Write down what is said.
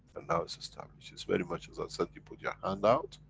and now it's established. it's very much as i said, you put your hand out,